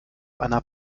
einer